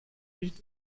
nicht